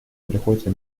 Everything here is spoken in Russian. приходится